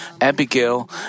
Abigail